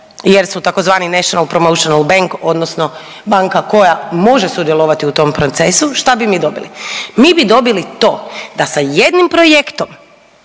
jer su tzv. …/Govornik se ne razumije/…odnosno banka koja može sudjelovati u tom procesu, šta bi mi dobili? Mi bi dobili to da sa jednim projektom,